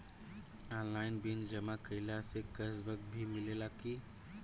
Online bill जमा कईला से कैश बक भी मिलेला की?